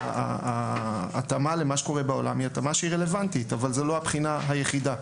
אבל זוהי לא הבחינה היחידה,